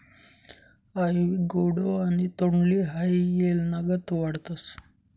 आइवी गौडो आणि तोंडली हाई येलनागत वाढतस